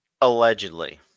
Allegedly